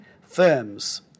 firms